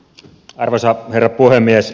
arvoisa herra puhemies